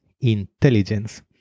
intelligence